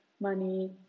money